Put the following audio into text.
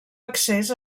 accés